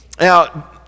now